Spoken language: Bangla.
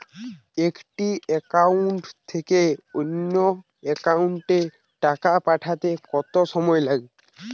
একটি একাউন্ট থেকে অন্য একাউন্টে টাকা পাঠাতে কত সময় লাগে?